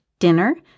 Dinner